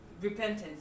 Repentance